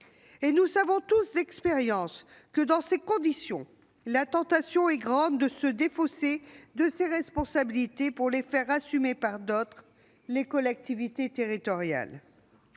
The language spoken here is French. Nous savons tous, d'expérience, que, dans ces conditions, la tentation est grande de se défausser de ses responsabilités pour les faire assumer par d'autres : les collectivités territoriales.